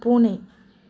பூனை